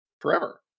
forever